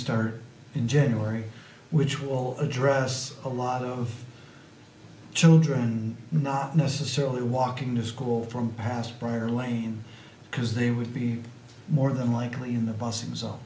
start in january which will address a lot of children not necessarily walking to school from past prior lane because they would be more than likely in the bus and so